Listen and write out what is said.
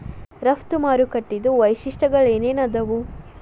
ರಫ್ತು ಮಾರುಕಟ್ಟಿದ್ ವೈಶಿಷ್ಟ್ಯಗಳೇನೇನ್ ಆದಾವು?